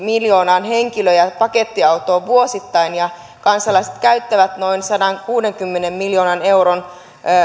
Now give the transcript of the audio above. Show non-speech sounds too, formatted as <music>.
<unintelligible> miljoonaan henkilö ja pakettiautoon vuosittain ja kansalaiset käyttävät noin sadankuudenkymmenen miljoonan euron